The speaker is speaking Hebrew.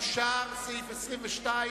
סעיף 22,